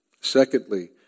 Secondly